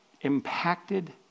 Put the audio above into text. impacted